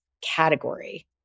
category